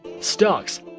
stocks